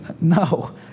No